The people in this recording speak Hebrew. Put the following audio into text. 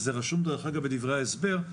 וזה רשום בדברי ההסבר,